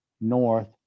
North